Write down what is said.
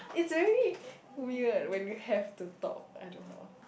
it's very weird when you have to talk I don't know